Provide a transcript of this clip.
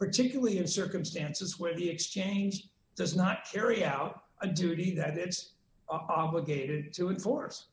particularly in circumstances where the exchange does not carry out a duty that it is obligated to enforce